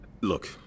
Look